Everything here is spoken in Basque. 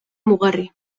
mugarri